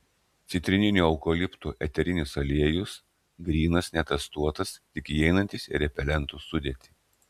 citrininio eukalipto eterinis aliejus grynas netestuotas tik įeinantis į repelentų sudėtį